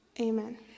Amen